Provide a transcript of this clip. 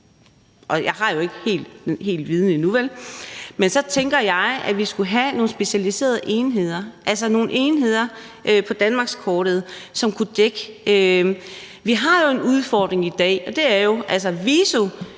jeg har ikke helt viden nok om det nu – tænker jeg, at vi skulle have nogle specialiserede enheder, altså nogle enheder, som kunne dække danmarkskortet. Vi har en udfordring i dag, og den er, at